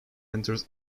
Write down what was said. enters